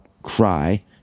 cry